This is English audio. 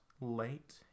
late